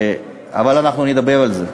אבל אנחנו נדבר על זה.